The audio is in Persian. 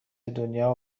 دنیا